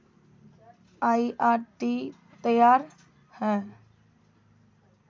आई R T तैयार है